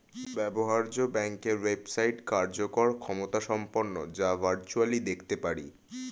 ব্যবহার্য ব্যাংকের ওয়েবসাইট কার্যকর ক্ষমতাসম্পন্ন যা ভার্চুয়ালি দেখতে পারি